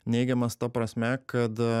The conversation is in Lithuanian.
neigiamas ta prasme kad